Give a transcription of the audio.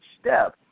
step